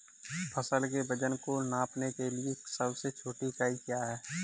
फसल के वजन को नापने के लिए सबसे छोटी इकाई क्या है?